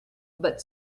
but